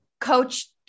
coach